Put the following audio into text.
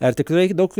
ar tikrai daug